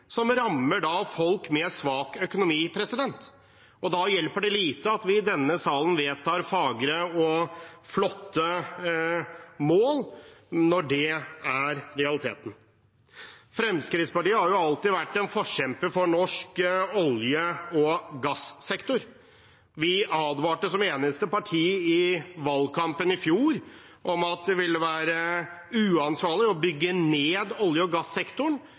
som rammer folk med svak økonomi. Når det er realiteten, hjelper det lite at vi i denne salen vedtar fagre og flotte mål. Fremskrittspartiet har alltid vært en forkjemper for norsk olje- og gassektor. Vi advarte som eneste parti i valgkampen i fjor om at det ville være uansvarlig å bygge ned olje- og gassektoren,